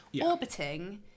Orbiting